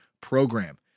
program